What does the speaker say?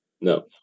No